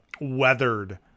weathered